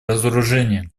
разоружение